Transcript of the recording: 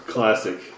Classic